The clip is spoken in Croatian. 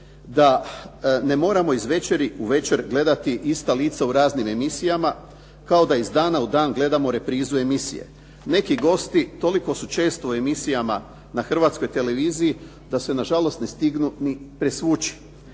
da ne moramo iz večeri u večer gledati ista lica u raznim emisijama kao da iz dana u dan gledamo reprizu emisije. Neki gosti toliko su često u emisijama na Hrvatskoj televiziji da se ne žalost ne stignu ni presvući.